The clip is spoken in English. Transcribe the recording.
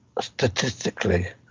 statistically